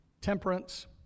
temperance